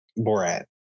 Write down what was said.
Borat